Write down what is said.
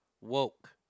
woke